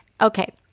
Okay